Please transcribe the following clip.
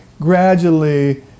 gradually